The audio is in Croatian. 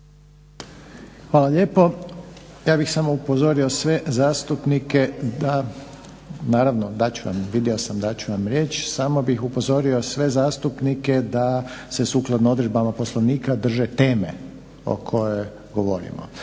vam riječ, samo bih upozorio sve zastupnike da se sukladno odredbama Poslovnika drže teme o kojoj govorimo.